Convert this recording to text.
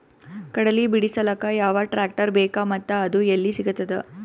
ಕಡಲಿ ಬಿಡಿಸಲಕ ಯಾವ ಟ್ರಾಕ್ಟರ್ ಬೇಕ ಮತ್ತ ಅದು ಯಲ್ಲಿ ಸಿಗತದ?